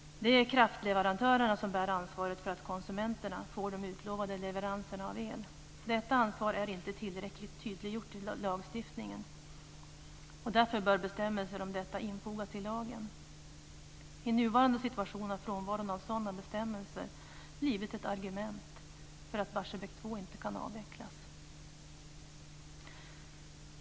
Det är kraftleverantörerna som bär ansvaret för att konsumenterna får den utlovade leveransen av el. Detta ansvar är inte tillräckligt tydliggjort i lagstiftningen. Därför bör bestämmelser om detta infogas i lagen. I nuvarande situation har frånvaron av sådana bestämmelser blivit ett argument för att Barsebäck 2 inte kan avvecklas.